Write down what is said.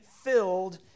filled